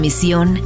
Misión